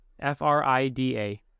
F-R-I-D-A